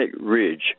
Ridge